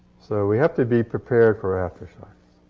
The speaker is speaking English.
so we have to be prepared for aftershocks.